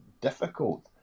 difficult